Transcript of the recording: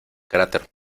cráter